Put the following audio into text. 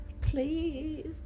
Please